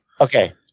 Okay